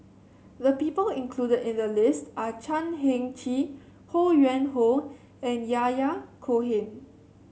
the people included in the list are Chan Heng Chee Ho Yuen Hoe and Yahya Cohen